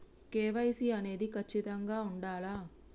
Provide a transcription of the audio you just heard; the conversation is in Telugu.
కే.వై.సీ అనేది ఖచ్చితంగా ఉండాలా?